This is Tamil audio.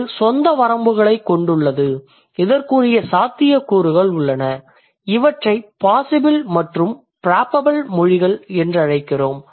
இது சொந்த வரம்புகளைக் கொண்டுள்ளது இதற்குரிய சாத்தியக்கூறுகள் உள்ளன இவற்றை பாசிபிள் மற்றும் ப்ராபபிள் மொழிகள் என்றழைக்கிறோம்